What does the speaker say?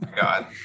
God